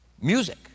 music